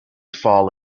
fall